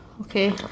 Okay